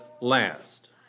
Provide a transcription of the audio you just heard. last